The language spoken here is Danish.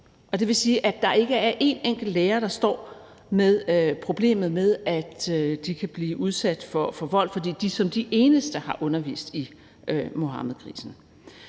det vil sige, at der ikke er en enkelt lærer, der står med problemet med at kunne blive udsat for vold, fordi man som den eneste har undervist i Muhammedkrisen.